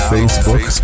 Facebook